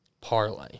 parlay